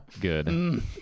good